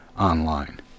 online